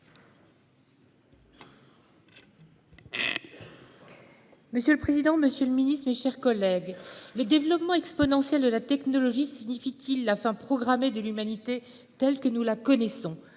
Monsieur le président, monsieur le ministre, mes chers collègues, le développement exponentiel de la technologie signifie-t-il la fin programmée de l'humanité, telle que nous la connaissons ?